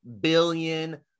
billion